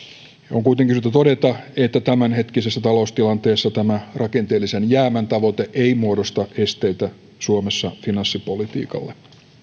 on kuitenkin syytä todeta että tämänhetkisessä taloustilanteessa tämä rakenteellisen jäämän tavoite ei muodosta esteitä suomessa finanssipolitiikalle